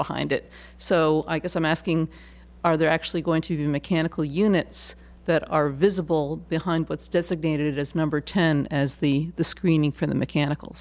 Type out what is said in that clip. behind it so i guess i'm asking are there actually going to mechanical units that are visible behind what's designated as number ten as the screening for the mechanical